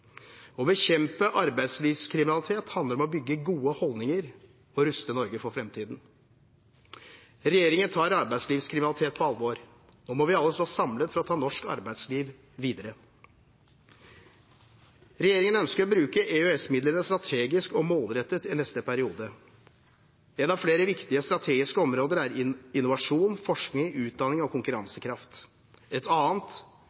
Å bekjempe arbeidslivskriminalitet handler om å bygge gode holdninger og ruste Norge for framtiden. Regjeringen tar arbeidslivskriminalitet på alvor. Nå må vi alle stå samlet for å ta norsk arbeidsliv videre. Regjeringen ønsker å bruke EØS-midlene strategisk og målrettet i neste periode. Et av flere viktige strategiske områder er innovasjon, forskning, utdanning og konkurransekraft. Et annet